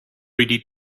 really